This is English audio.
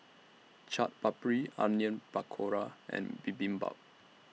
Chaat Papri Onion Pakora and Bibimbap